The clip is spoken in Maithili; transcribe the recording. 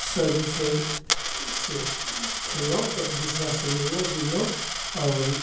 सँ जे छै से खेललहुँ एक दोसरासँ मिललहुँ जुललहुँ आओर